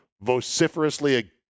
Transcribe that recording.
vociferously